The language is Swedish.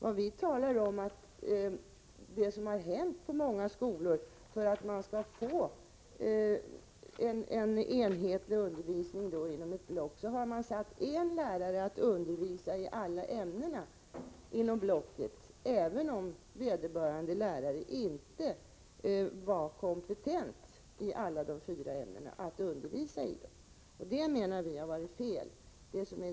Vad vi talar om är det förhållandet att man på många skolor, för att få en enhetlig undervisning inom ett block, har satt en lärare att undervisa i alla ämnena i blocket, även om vederbörande lärare inte varit kompetent att undervisa i alla fyra ämnena. Det menar vi har varit fel.